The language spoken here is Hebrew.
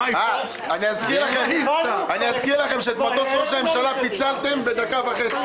אני אזכיר לכם שאת מטוס ראש הממשלה פיצלתם בדקה וחצי.